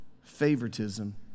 favoritism